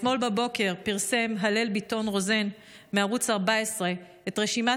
אתמול בבוקר פרסם הלל ביטון רוזן מערוץ 14 את רשימת